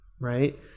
right